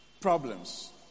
problems